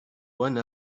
one